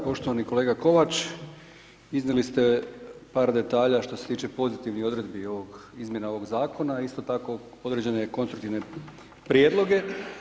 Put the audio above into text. Poštovani kolega Kovač, iznijeli ste par detalja što se tiče pozitivnih odredbi ovog, izmjena ovog zakona a isto tako određene konstruktivne prijedloge.